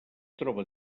troba